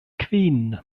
kvin